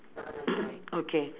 okay